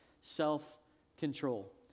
self-control